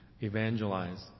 evangelize